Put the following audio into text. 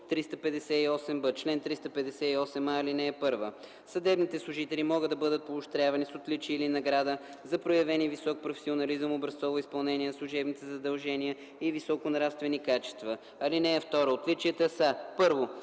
358б: „Чл. 358а. (1) Съдебните служители могат да бъдат поощрявани с отличие или награда за проявени висок професионализъм, образцово изпълнение на служебните задължения и високи нравствени качества. (2) Отличията са: 1.